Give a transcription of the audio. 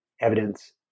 evidence